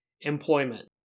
employment